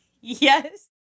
yes